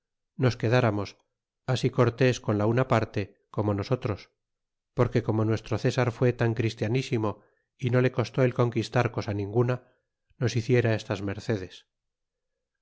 nos quedaramos así cortes con la una parte como nosotros porque como nuestro cesar fue tan christianísimo y no le costó el conquistar cosa ninguna nos hiciera estas mercedes